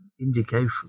indication